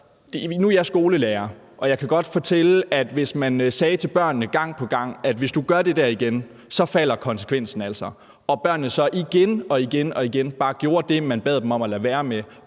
Nu er jeg skolelærer, og jeg kan godt fortælle, at hvis man gang på gang sagde til børnene, at hvis du gør det der igen, falder konsekvensen altså, og børnene så igen og igen bare gjorde det, man bad dem om at lade være med,